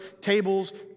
tables